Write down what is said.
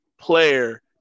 player